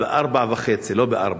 ב-04:30 ולא ב-04:00,